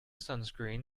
sunscreen